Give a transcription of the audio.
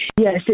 Yes